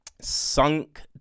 Sunk